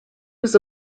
was